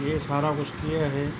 ਇਹ ਸਾਰਾ ਕੁਛ ਕੀ ਹੈ ਇਹ